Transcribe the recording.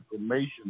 information